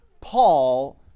Paul